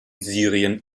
syrien